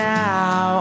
now